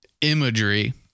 imagery